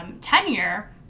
tenure